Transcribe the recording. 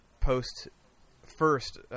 post-first